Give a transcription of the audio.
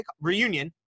Reunion